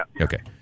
Okay